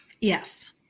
Yes